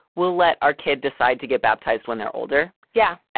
we'll let our kid decide to get baptized when they're older. yeah.